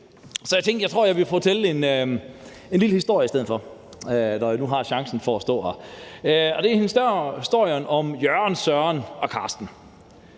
så jeg tænkte, at jeg ville fortælle en lille historie i stedet for, når jeg nu har chancen for at stå her. Det er historien om Jørgen, Søren og Karsten.